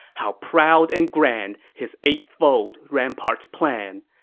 how proud and grand his eightfold ramparts plan!